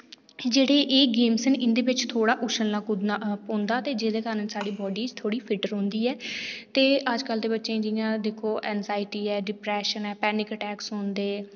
जेह्ड़े ए गेम्ज न इन्दे बिच थोह्ड़ा उच्छलना कुद्दना पौंदा ते जेह्दे कारण साढ़ी बाडी थोह्ड़ी फिट रौंह्दी ऐ ते अज्जकल ते बच्चें जि'यां दिक्खो एंजाइटी ऐ डिप्रैशन ऐ पैनिक अटैक्स औंदे